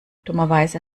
dummerweise